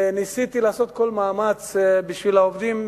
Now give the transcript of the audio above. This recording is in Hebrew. ניסיתי לעשות כל מאמץ עבור העובדים,